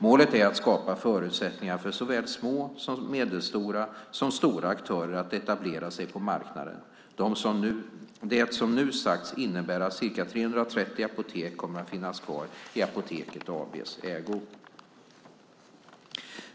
Målet är att skapa förutsättningar för såväl små och medelstora som stora aktörer att etablera sig på marknaden. Det som nu sagts innebär att ca 330 apotek kommer att finnas kvar i Apoteket AB:s ägo.